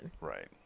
Right